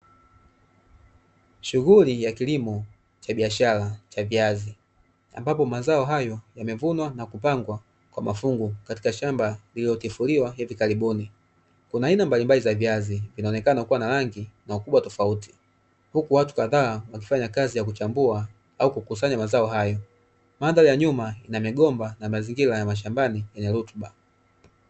Shughuli ya kilimo cha biashara cha viazi ambapo mazao hayo yamevunwa na kupangwa kwa mafungu katika shamba lililotifuliwa hivi karibuni, kuna aina mbalimbali za viazi zinaonekana kuwa na rangi na ukubwa tofauti, huku watu kadhaa wakifanya kazi ya Kuchambua au kukusanya mazao hayo. Mandhari ya nyuma ina migomba na mazingira ya mashambani yenye rutuba.